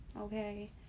okay